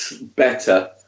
better